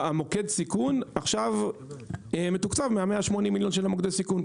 מוקד הסיכון מתוקצב מה-180 מיליון ₪ של מוקדי הסיכון.